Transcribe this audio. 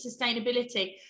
sustainability